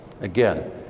Again